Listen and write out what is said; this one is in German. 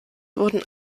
wurden